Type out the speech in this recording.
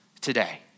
today